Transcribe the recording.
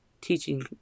teaching